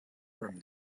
from